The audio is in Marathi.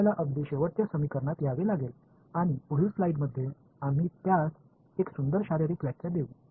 आपल्याला अगदी शेवटच्या समीकरणात यावे लागेल आणि पुढील स्लाइड्समध्ये आम्ही त्यास एक सुंदर शारीरिक व्याख्या देऊ